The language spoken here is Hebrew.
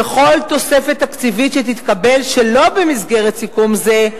וכל תוספת תקציבית שתתקבל שלא במסגרת סיכום כזה,